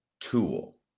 tool